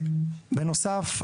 בנוסף,